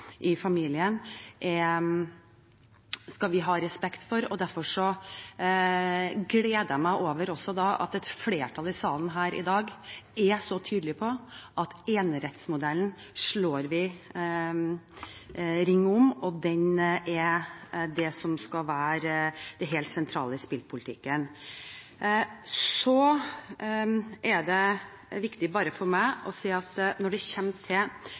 i familien, skal vi ha respekt for. Derfor gleder jeg meg over at et flertall i salen her i dag er så tydelig på at enerettsmodellen slår vi ring om – den skal være det helt sentrale i spillpolitikken. Så er det viktig for meg bare å si at når det kommer til